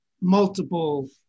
multiple